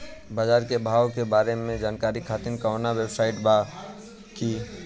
बाजार के भाव के बारे में जानकारी खातिर कवनो वेबसाइट बा की?